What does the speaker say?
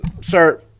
Sir